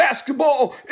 basketball